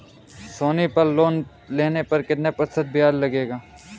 सोनी पल लोन लेने पर कितने प्रतिशत ब्याज लगेगा?